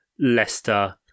Leicester